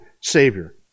Savior